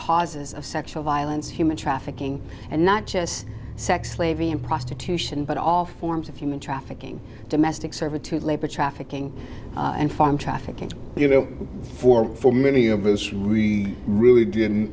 causes of sexual violence human trafficking and not just sex slavery and prostitution but all forms of human trafficking domestic servitude labor trafficking and farm trafficking you know for for many of us really really didn't